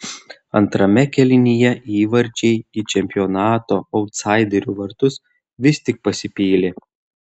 antrame kėlinyje įvarčiai į čempionato autsaiderių vartus vis tik pasipylė